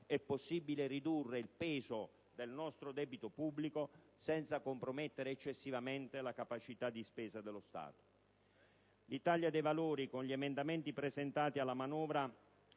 è possibile ridurre il peso del nostro debito pubblico senza compromettere eccessivamente la capacità di spesa dello Stato. L'Italia dei Valori, con gli emendamenti presentati alla manovra,